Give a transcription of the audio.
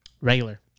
Regular